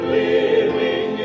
living